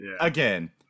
Again